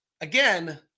again